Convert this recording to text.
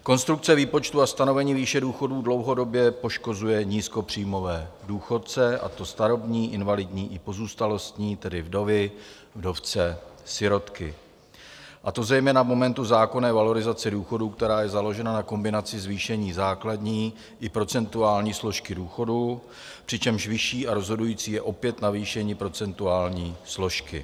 Konstrukce výpočtu a stanovení výše důchodů dlouhodobě poškozuje nízkopříjmové důchodce, a to starobní, invalidní i pozůstalostní, tedy vdovy, vdovce, sirotky, a to zejména v momentu zákonné valorizace důchodů, která je založená na kombinaci zvýšení základní i procentuální složky důchodu, přičemž vyšší a rozhodující je opět navýšení procentuální složky.